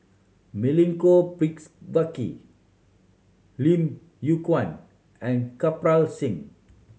Milenko Picks Lim Yew Kuan and Kirpal Singh